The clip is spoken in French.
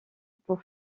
pour